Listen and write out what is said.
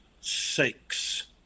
sakes